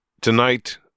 Tonight